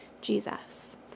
Jesus